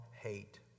hate